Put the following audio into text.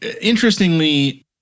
interestingly